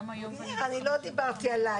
היום כשאני בת 55. אני לא דיברתי עלייך.